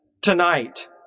tonight